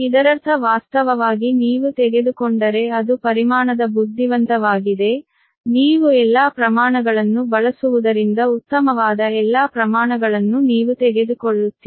ಇದರರ್ಥ ವಾಸ್ತವವಾಗಿ ನೀವು ತೆಗೆದುಕೊಂಡರೆ ಅದು ಪರಿಮಾಣದ ಬುದ್ಧಿವಂತವಾಗಿದೆ ನೀವು ಎಲ್ಲಾ ಪ್ರಮಾಣಗಳನ್ನು ಬಳಸುವುದರಿಂದ ಉತ್ತಮವಾದ ಎಲ್ಲಾ ಪ್ರಮಾಣಗಳನ್ನು ನೀವು ತೆಗೆದುಕೊಳ್ಳುತ್ತೀರಿ